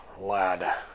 lad